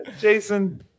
Jason